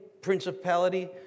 principality